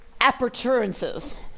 aperturances